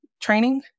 training